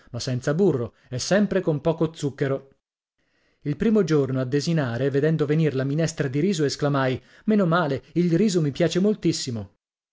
ma senza burro e sempre con poco zucchero il primo giorno a desinare vedendo venir la minestra di riso esclamai meno male il riso mi piace moltissimo